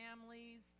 families